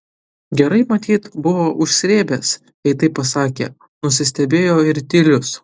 gerai matyt buvo užsrėbęs jei taip pasakė nusistebėjo ir tilius